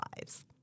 lives